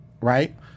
right